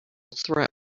threat